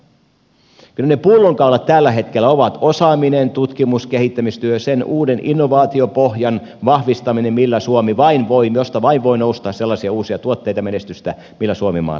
kyllä ne pullonkaulat tällä hetkellä ovat osaaminen tutkimus ja kehittämistyö sen uuden innovaatiopohjan vahvistaminen josta vain voi nousta sellaisia uusia tuotteita ja menestystä millä suomi maailmassa pärjää